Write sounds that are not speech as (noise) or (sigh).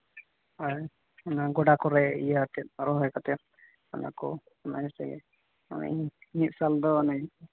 ᱟᱨ ᱚᱱᱟ ᱜᱟᱰᱟ ᱠᱚᱨᱮᱫ ᱤᱭᱟᱹ ᱟᱛᱮᱫ ᱨᱚᱦᱚᱭ ᱠᱟᱛᱮᱫ ᱚᱱᱟ ᱠᱚ ᱢᱟᱡᱷᱮ ᱥᱟᱡᱷᱮ (unintelligible)